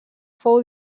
fou